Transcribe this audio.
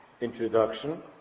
introduction